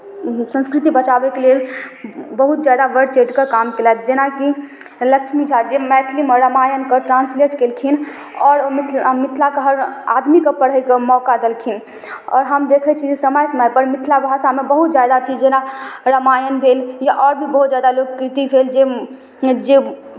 संस्कृति बचाबैके लेल बहुत ज्यादा बढ़ि चढ़ि कऽ काम कयलथि जेनाकि लक्ष्मी झा जे मैथिलीमे रामायणकेँ ट्रान्सलेट केलखिन आओर ओ मिथिला मिथिलाके हर आदमीके पढ़ैके मौका देलखिन आओर हम देखै छी जे समय समयपर मिथिला भाषामे बहुत ज्यादा चीज जेना रामायण भेल या आओर जे भी बहुत ज्यादा लोककृति भेल जे जे